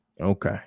Okay